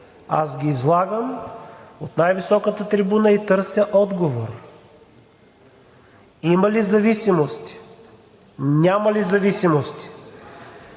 аз ги излагам от най-високата трибуна и търся отговор – има ли зависимости, няма ли зависимости?